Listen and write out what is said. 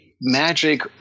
magic